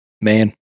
man